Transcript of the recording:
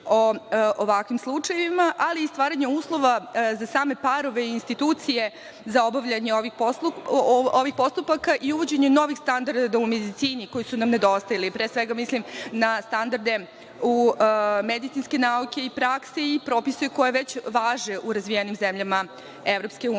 o ovakvim slučajevima, ali i stvaranju uslova za same parove i institucije za obavljanje ovih postupaka i uvođenje novih standarda u medicini koji su nam nedostajali. Pre svega mislim na standarde u medicinske nauke i prakse i propise koji već važe u razvijenim zemljama